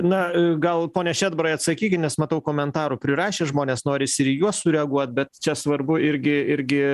na gal pone šedbarai atsakykit nes matau komentarų prirašė žmonės norisi ir į juos sureaguot bet čia svarbu irgi irgi